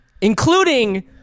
including